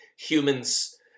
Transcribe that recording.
humans